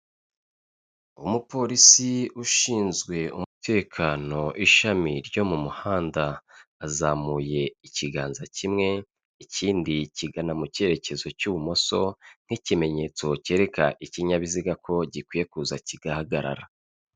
Umupolisi ushinzwe umutekano, ishami ryo mu muhanda, azamuye ikiganza kimwe, ikindi kigana mu cyerekezo cy'ibumoso nk'ikimenyetso cyereka ikinyabiziga ko gikwiye kuza kigahagarara.